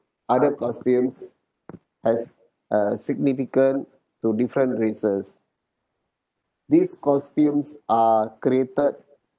other costumes as a significant to different races these costumes are created